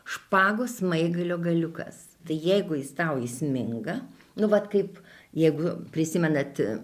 špagos smaigalio galiukas tai jeigu jis tau įsminga nu vat kaip jeigu prisimenat